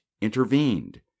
intervened